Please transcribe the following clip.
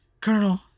colonel